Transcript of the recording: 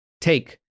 Take